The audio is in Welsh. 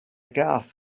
gaeth